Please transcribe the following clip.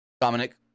Dominic